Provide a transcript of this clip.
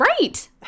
Right